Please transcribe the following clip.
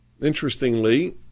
Interestingly